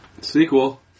Sequel